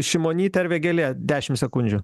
šimonytė ar vėgėlė dešimt sekundžių